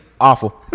awful